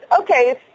okay